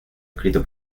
escrito